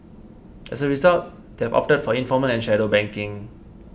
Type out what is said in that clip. as a result they've opted for informal and shadow banking